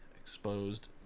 exposed